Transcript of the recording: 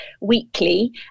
weekly